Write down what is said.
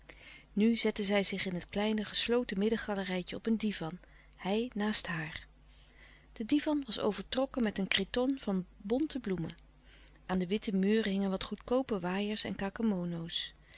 nu zetten zij zich in het kleine gesloten middengalerijtje op een divan hij naast haar de divan was overtrokken met een cretonne van bonte bloemen aan de witte muren hingen wat goedkoope waaiers en